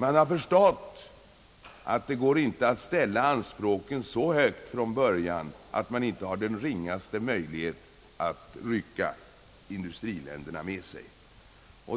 Man har förstått att det inte går att från början ställa anspråken så högt, att man inte har den ringaste möjlighet att rycka industriländerna med sig.